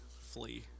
flee